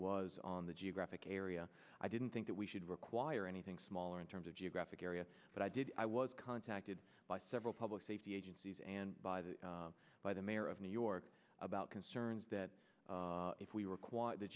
was on the geographic area i didn't think that we should require anything smaller in terms of geographic area but i did i was contacted by several public safety agencies and by the by the mayor of new york about concerns that if we require the